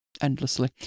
endlessly